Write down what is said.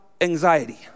anxiety